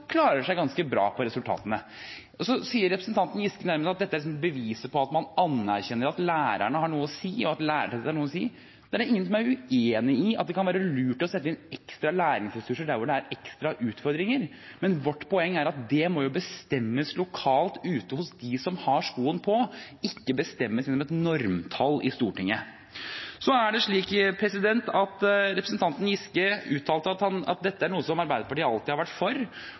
klarer seg ganske bra når det gjelder resultater. Så sier representanten Giske nærmest at dette er beviset på at man anerkjenner at lærerne har noe å si, og at lærertetthet har noe å si. Det er da ingen som er uenig i at det kan være lurt å sette inn ekstra læringsressurser der hvor det er ekstra utfordringer. Vårt poeng er at det må bestemmes lokalt, ute hos dem som har skoen på, ikke bestemmes gjennom et normtall gitt av Stortinget. Representanten Giske uttalte at dette er noe som Arbeiderpartiet alltid har vært for,